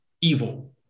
evil